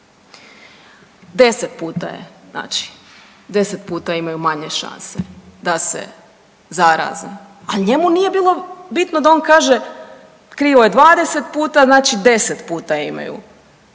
10 puta imaju manje šanse da se zaraze. Ali njemu nije bilo bitno da on kaže krivo je 20 puta znači 10 puta imaju,